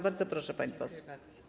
Bardzo proszę, pani poseł.